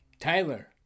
Tyler